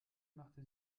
machte